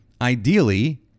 Ideally